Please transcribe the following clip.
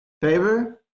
Favor